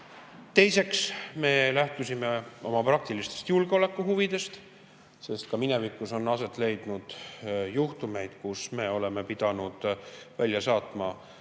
Teiseks me lähtusime oma praktilistest julgeolekuhuvidest, sest ka minevikus on aset leidnud juhtumeid, kus me oleme pidanud välja saatma Venemaa